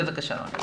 בבקשה, רוני.